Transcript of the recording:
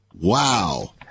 wow